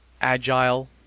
agile